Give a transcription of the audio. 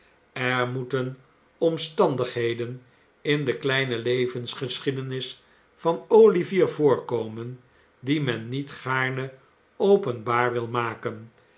er moeten omstandigheden in de kleine levensgeschiedenis van olivier voorkomen die men niet gaarne openbaar wil maken